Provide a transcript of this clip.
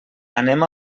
anem